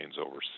overseas